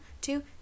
two